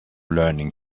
learning